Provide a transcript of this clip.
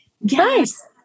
Nice